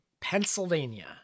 Pennsylvania